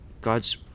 God's